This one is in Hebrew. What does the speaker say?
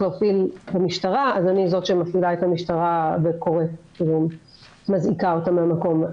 להפעיל משטרה אני זו שמפעילה את המשטרה ומזעיקה אותם למקום.